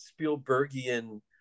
Spielbergian